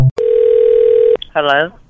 Hello